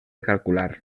calcular